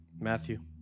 Matthew